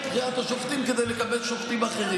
בחירת השופטים כדי לקבל שופטים אחרים.